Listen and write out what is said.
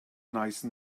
nice